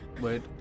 Wait